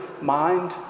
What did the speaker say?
mind